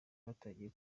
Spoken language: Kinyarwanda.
batangiye